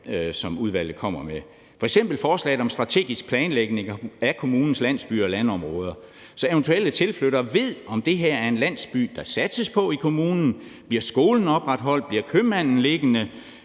som udvalget er kommet med. Det er f.eks. forslaget om strategisk planlægning af kommunens landsbyer og landområder, så eventuelle tilflyttere ved, om det her er en landsby, der satses på i kommunen. Bliver skolen opretholdt? Bliver købmanden liggende?